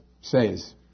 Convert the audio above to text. says